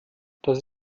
das